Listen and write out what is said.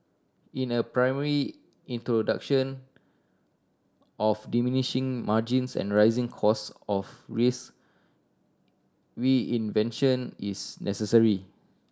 in a primary of diminishing margins and rising cost of risk reinvention is necessary